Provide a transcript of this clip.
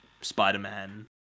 Spider-Man